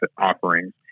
offerings